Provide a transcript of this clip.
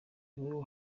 niwe